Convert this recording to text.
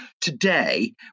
today